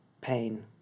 pain